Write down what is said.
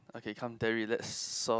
okay come Terry let's solve